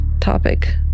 topic